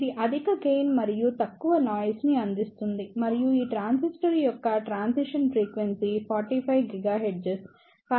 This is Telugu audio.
ఇది అధిక గెయిన్ మరియు తక్కువ నాయిస్ ని అందిస్తుంది మరియు ఈ ట్రాన్సిస్టర్ యొక్క ట్రాన్సిషన్ ఫ్రీక్వెన్సీ 45 GHz